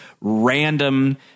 random